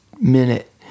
minute